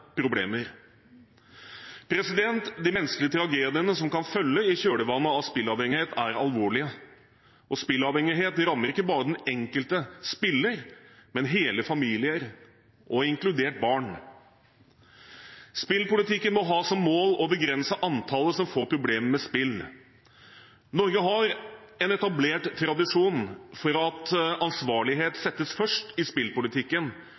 problemer. De menneskelige tragediene som kan følge i kjølvannet av spilleavhengighet, er alvorlige, og spilleavhengighet rammer ikke bare den enkelte spiller, men hele familier, inkludert barn. Spillpolitikken må ha som mål å begrense antallet som får problemer med spill. Norge har en etablert tradisjon for at ansvarlighet settes først i spillpolitikken,